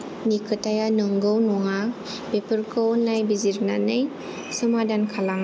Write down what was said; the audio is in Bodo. नि खोथाया नंगौ नङा बेफोरखौ नायबिजिरनानै समादान खालामो